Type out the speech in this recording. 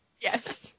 Yes